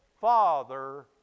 Father